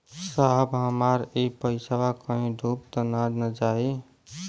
साहब हमार इ पइसवा कहि डूब त ना जाई न?